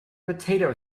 potato